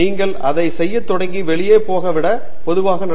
நீங்கள் அதை செய்ய தொடங்கி வெளியே போக விட பொதுவாக நடக்கிறது